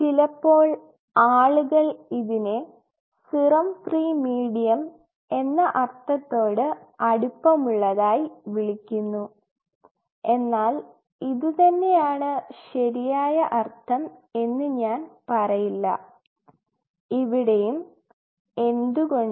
ചിലപ്പോൾ ആളുകൾ ഇതിനെ സിറം ഫ്രീ മീഡിയം എന്ന അർത്ഥത്തോട് അടുപ്പം ഉള്ളതായി വിളിക്കുന്നു എന്നാൽ ഇതു തന്നെയാണ് ശരിയായ അർത്ഥം എന്ന് ഞാൻ പറയില്ല ഇവിടെയും എന്തുകൊണ്ട്